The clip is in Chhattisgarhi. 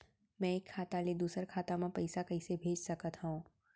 मैं एक खाता ले दूसर खाता मा पइसा कइसे भेज सकत हओं?